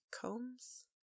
Combs